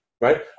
right